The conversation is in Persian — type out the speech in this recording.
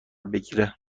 بگیره